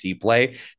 play